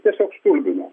tiesiog stulbina